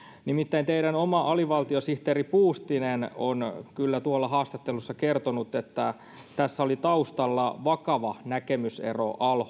nimittäin teidän oma alivaltiosihteeri puustinen on kyllä tuolla haastattelussa kertonut että tässä oli taustalla vakava näkemysero al